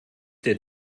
der